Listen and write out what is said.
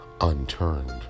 unturned